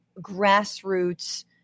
grassroots